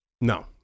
no